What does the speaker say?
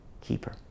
keeper